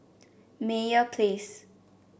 Meyer Place